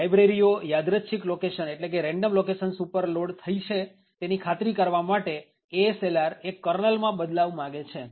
library ઓ યાદ્રછિક random or Random locations ઉપર લોડ થઇ છે તેની ખાતરી કરવા માટે ASLR એ ઓપરેટીંગ સિસ્ટમ or OSના કર્નલ માં બદલાવ માંગે છે